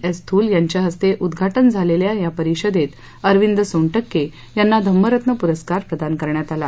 S Thul यांच्या हस्ते उद्वाटन झालेल्या परिषदेत अरविंद सोनटक्के यांना धम्मरत्न पुरस्कार प्रदान करण्यात आला